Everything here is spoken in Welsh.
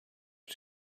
wyt